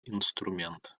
инструмент